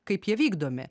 kaip jie vykdomi